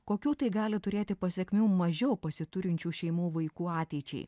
kokių tai gali turėti pasekmių mažiau pasiturinčių šeimų vaikų ateičiai